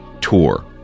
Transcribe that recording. tour